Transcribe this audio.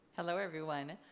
hello, everyone.